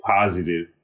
positive